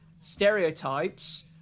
stereotypes